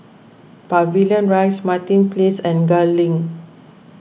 Pavilion Rise Martin Place and Gul Link